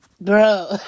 Bro